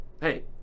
hey